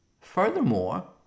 Furthermore